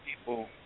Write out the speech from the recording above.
people